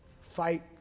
Fight